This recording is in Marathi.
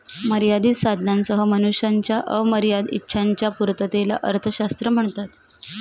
मर्यादित साधनांसह मनुष्याच्या अमर्याद इच्छांच्या पूर्ततेला अर्थशास्त्र म्हणतात